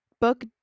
book